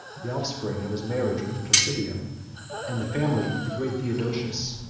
the offspring of his marriage with placidia and the family of the great theodosius,